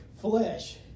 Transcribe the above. Flesh